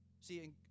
See